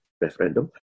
referendum